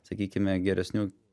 sakykime geresnių